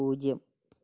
പൂജ്യം